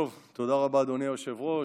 תודה רבה, אדוני היושב-ראש.